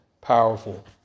powerful